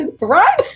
right